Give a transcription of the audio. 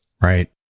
Right